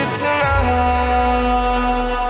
tonight